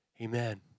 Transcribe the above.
Amen